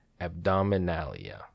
abdominalia